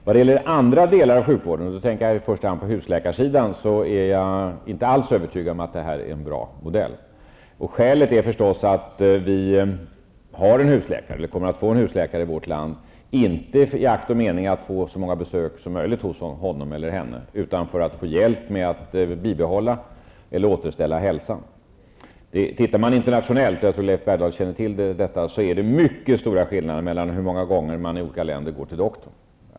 Vad gäller andra delar av sjukvården -- jag tänker då i första hand på husläkarssystemet -- är jag inte alls övertygad om att detta är en bra modell. Vi kommer att ha husläkare här i landet, men inte i akt och mening att dessa skall få så många besök som möjligt, utan meningen är att besöken skall vara ett sätt för människor att få hjälp att bibehålla eller återställa hälsan. Det är mycket stora skillnader mellan hur ofta människor går till doktorn i olika länder. Jag tror att Leif Bergdahl känner till detta.